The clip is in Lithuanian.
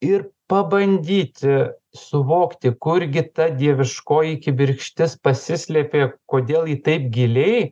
ir pabandyti suvokti kurgi ta dieviškoji kibirkštis pasislėpė kodėl ji taip giliai